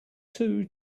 two